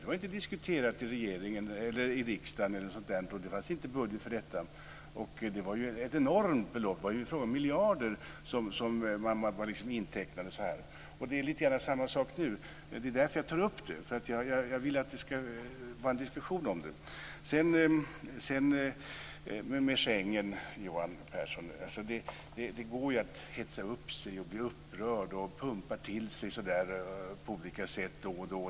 Det var inte diskuterat i riksdagen och det fanns inte budget för detta. Det var ju ett enormt belopp. Det var fråga om miljarder som man bara intecknade. Det är lite samma sak nu, och det är därför som jag tar upp det. Jag vill att det ska föras en diskussion om det. När det gäller Schengen går det ju att hetsa upp sig, bli upprörd och pumpa upp sig på olika sätt.